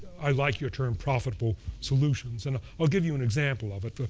i like your term profitable solutions. and i'll give you an example of it.